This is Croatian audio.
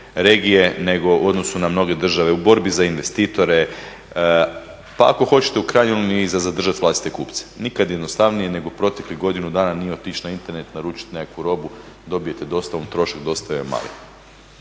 nego u odnosu na mnoge države, u borbi za investitore pa ako hoćete … za zadržati vlastite kupce. Nikad jednostavnije nego proteklih godinu dana, otići na internet, naručiti nekakvu robu, dobijete dostavom, trošak dostave je